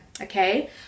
Okay